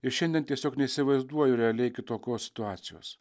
ir šiandien tiesiog neįsivaizduoju realiai kitokios situacijos